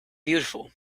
beautiful